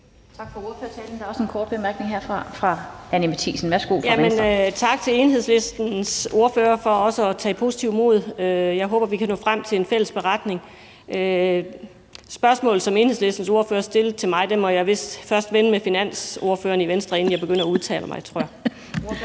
Værsgo. Kl. 15:54 Anni Matthiesen (V): Tak til Enhedslistens ordfører for også at tage positivt imod det. Jeg håber, vi kan nå frem til en fælles beretning. Spørgsmålet, som Enhedslistens ordfører stillede til mig, må jeg vist først vende med finansordføreren i Venstre, inden jeg begynder at udtale mig,